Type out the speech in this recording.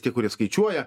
tie kurie skaičiuoja